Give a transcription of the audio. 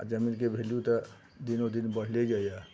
आओर जमीनके वैल्यू तऽ दिनोदिन बढ़ले जाइ यऽ